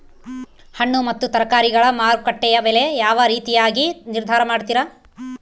ಹಣ್ಣು ಮತ್ತು ತರಕಾರಿಗಳ ಮಾರುಕಟ್ಟೆಯ ಬೆಲೆ ಯಾವ ರೇತಿಯಾಗಿ ನಿರ್ಧಾರ ಮಾಡ್ತಿರಾ?